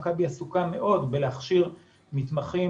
מכבי עסוקה מאוד בלהכשיר מתמחים,